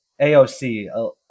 AOC